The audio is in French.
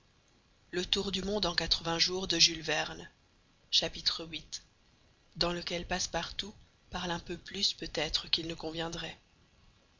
viii dans lequel passepartout parle un peu plus peut-être qu'il ne conviendrait